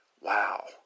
Wow